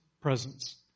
presence